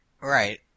Right